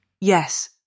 Yes